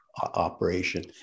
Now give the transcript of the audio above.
operation